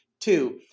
Two